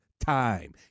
time